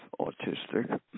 autistic